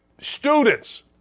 students